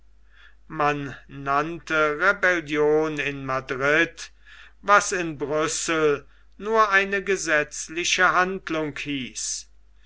man nannte rebellion in madrid was in brüssel nur eine gesetzliche handlung hieß